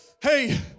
Hey